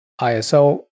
ISO